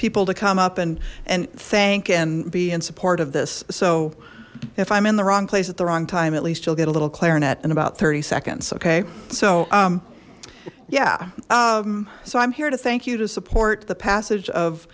people to come up and and thank and be in support of this so if i'm in the wrong place at the wrong time at least you'll get a little clarinet in about thirty seconds okay so yeah so i'm here to thank you to support the passage of